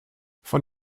von